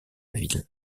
ville